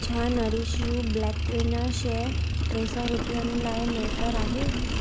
छा Nourish You black quinoa शइ टे सौ रुपयनि लाइ मैसरु आहे